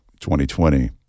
2020